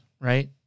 right